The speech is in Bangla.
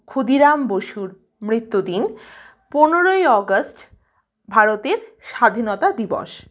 ক্ষুদিরাম বসুর মৃত্যু দিন পনেরোই আগস্ট ভারতের স্বাধীনতা দিবস